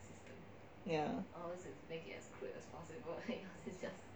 ya